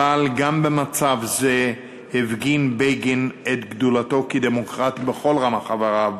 אבל גם במצב זה הפגין בגין את גדולתו כדמוקרט בכל רמ"ח איבריו